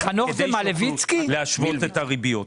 כדי שיוכלו ל --- את הריביות.